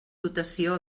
dotació